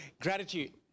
gratitude